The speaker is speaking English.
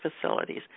facilities